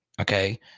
okay